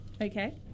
Okay